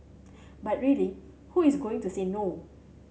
but really who is going to say no